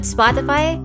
Spotify